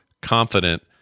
confident